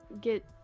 get